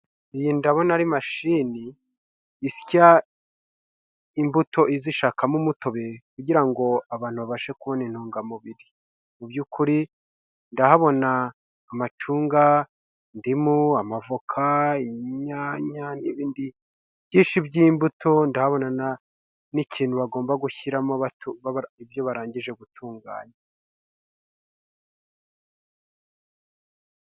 Iyi ndabona ari mashini isya imbuto izishakamo umutobe kugira ngo abantu babashe kubona intungamubiri. Mu by'ukuri ndahabona amacunga, indimu, amavoka, inyanya n'ibindi byinshi by'imbuto, ndahabona n'ikintu bagomba gushyiramo ibyo barangije gutunganya.